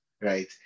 right